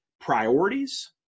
priorities